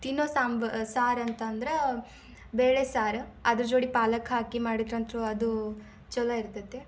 ತಿನ್ನೋ ಸಾಂಬ್ ಸಾರು ಅಂತಂದ್ರೆ ಬೇಳೆ ಸಾರು ಅದ್ರ ಜೋಡಿ ಪಾಲಕ್ ಹಾಕಿ ಮಾಡಿದ್ರಂತೂ ಅದು ಚಲೋ ಇರ್ತದೆ